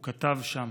הוא כתב שם: